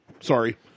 Sorry